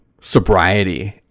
sobriety